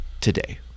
today